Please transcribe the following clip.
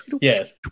Yes